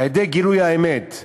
על-ידי גילוי האמת,